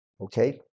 Okay